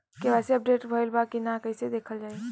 KYC update भइल बा कि ना कइसे देखल जाइ?